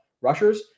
rushers